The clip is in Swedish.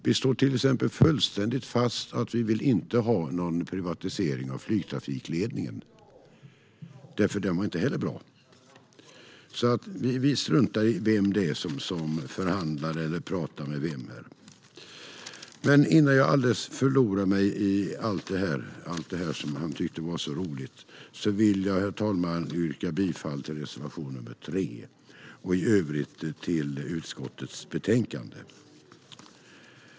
Vi slår till exempel fullständigt fast att vi inte vill ha någon privatisering av flygtrafikledningen, för den var inte heller bra. Vi struntar i vem som förhandlar eller pratar med vem. Herr talman! Innan jag förlorar mig i allt det här som Rikard Larsson tyckte var så roligt vill jag yrka bifall till reservation nr 3 och i övrigt till utskottets förslag i betänkandet.